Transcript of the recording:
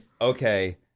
okay